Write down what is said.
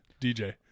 DJ